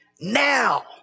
Now